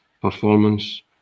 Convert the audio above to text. performance